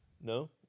No